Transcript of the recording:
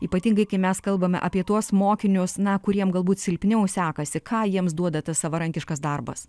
ypatingai kai mes kalbame apie tuos mokinius na kuriem galbūt silpniau sekasi ką jiems duoda tas savarankiškas darbas